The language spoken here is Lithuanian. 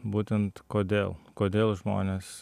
būtent kodėl kodėl žmonės